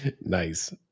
Nice